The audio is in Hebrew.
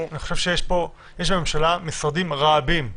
יש בממשלה משרדים רבים,